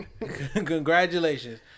Congratulations